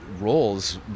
roles